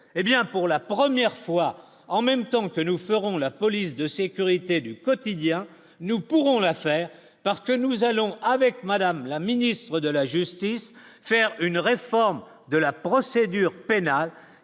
pour la première fois en même temps que nous ferons la police de sécurité du quotidien, nous pourrons l'affaire parce que nous allons avec madame la ministre de la justice, faire une réforme de la procédure pénale